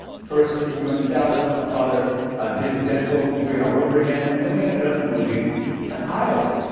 first we went to dallas. my father did his dental degree all over again. and then we ended up moving to iowa,